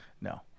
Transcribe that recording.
No